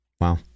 Wow